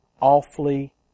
awfully